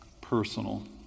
personal